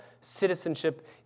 citizenship